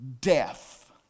death